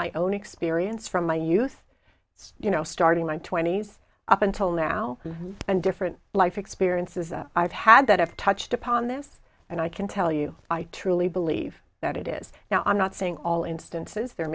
my own experience from my youth its you know starting my twenty's up until now and different life experiences that i've had that have touched upon this and i can tell you i truly believe that it is now i'm not saying all instances the